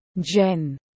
jen